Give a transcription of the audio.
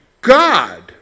God